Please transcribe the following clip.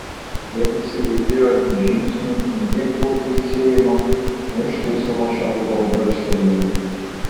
bet nesigirdėjo nei žingsnių nei ginklų dzingsėjimo nei užtaisomo šautuvo brakštelėjimo